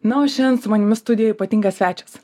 na o šian su manimi studijoj ypatingas svečias